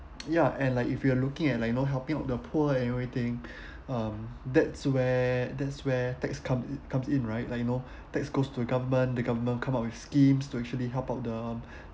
ya and like if you are looking at like you know helping the poor and everything um that's where that's where tax come comes in right like you know tax goes to the government the government come up with schemes to actually help out the